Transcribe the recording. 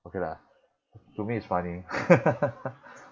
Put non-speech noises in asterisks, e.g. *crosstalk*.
okay lah to me it's funny *laughs*